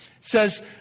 says